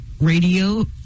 radio